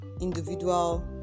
individual